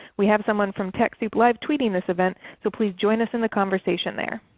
we have someone from techsoup live tweeting this event, so please join us in the conversation there.